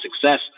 success